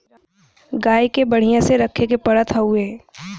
गाय के बढ़िया से रखे के पड़त हउवे